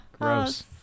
gross